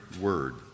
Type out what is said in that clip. word